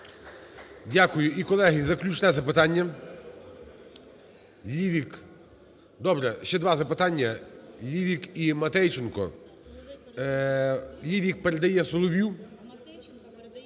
Дякую. І, колеги, заключне запитання. Лівік. Добре, ще два запитання. Лівік і Матейченко. Лівікпередає Солов'ю.